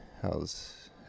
How's